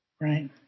right